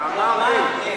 הוא אמר הן.